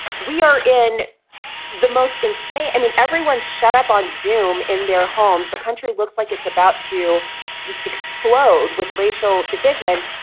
we are in the most and say, i mean, everyone shut up on zoom in their homes. the country looks like it's about to just explode with racial division.